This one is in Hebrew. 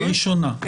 הראשונה.